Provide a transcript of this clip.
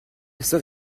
sœur